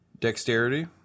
dexterity